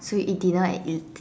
so we eat dinner at el~